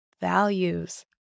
values